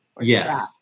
Yes